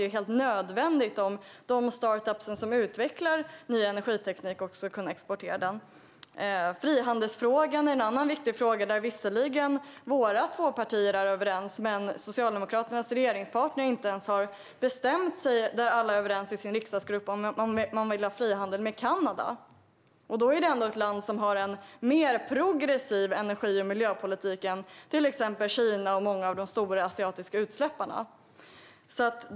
Det är helt nödvändigt om de startup-företag som utvecklar ny energiteknik också ska kunna exportera den. Frihandelsfrågan är en annan viktig fråga. Där är visserligen våra två partier överens. Men Socialdemokraternas regeringspartner har inte ens bestämt sig. Där är inte alla överens i sin riksdagsgrupp om man vill ha frihandel med Kanada. Det är ändå ett land som har en mer progressiv energi och miljöpolitik än till exempel Kina och många av de stora asiatiska utsläpparna.